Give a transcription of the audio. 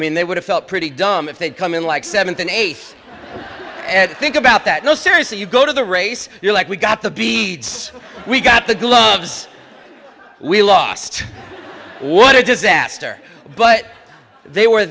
mean they would have felt pretty dumb if they'd come in like seventh and eighth and think about that no seriously you go to the race you're like we got the beads we got the gloves we lost what a disaster but they were